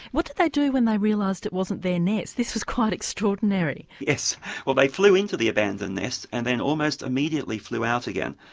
what did they do when they realised it wasn't their nest, this was quite extraordinary. well they flew into the abandoned nest and then almost immediately flew out again,